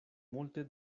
multe